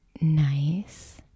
nice